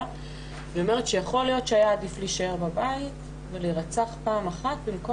היא אמרה שיכול להיות שהיה עדיף להישאר בבית ולהירצח פעם אחת במקום